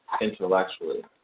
intellectually